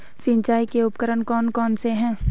सिंचाई के उपकरण कौन कौन से हैं?